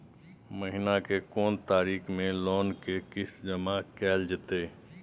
महीना के कोन तारीख मे लोन के किस्त जमा कैल जेतै?